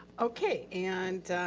okay, and,